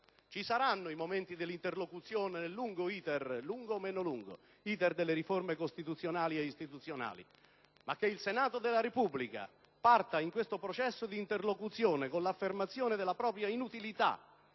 Ci saranno momenti di interlocuzione nell'*iter* più o meno lungo delle riforme istituzionali, ma che il Senato della Repubblica parta in questo processo di interlocuzione con l'affermazione della propria inutilità